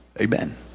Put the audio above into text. Amen